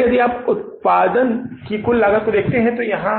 इस प्रकार यदि आप इस उत्पादन की कुल लागत को देखते हैं तो यहां